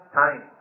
time